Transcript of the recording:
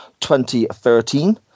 2013